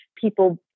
people